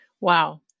Wow